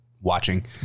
watching